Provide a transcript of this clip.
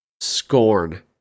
Scorn